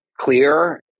clear